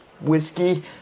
whiskey